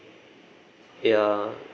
ya